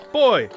boy